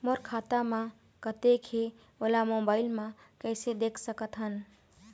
मोर खाता म कतेक हे ओला मोबाइल म कइसे देख सकत हन?